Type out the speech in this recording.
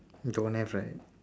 don't have right